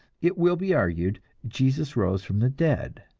it will be argued, jesus rose from the dead,